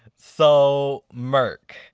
so, merk,